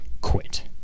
quit